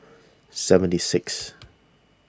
seventy sixth